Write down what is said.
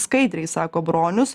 skaidriai sako bronius